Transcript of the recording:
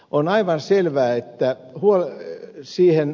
on aivan selvää että siihen